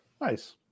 Nice